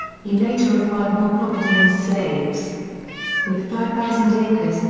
he later acquired more property and slaves with five thousand acres,